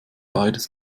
beides